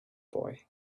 boy